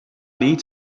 need